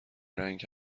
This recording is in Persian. رنگ